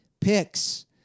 picks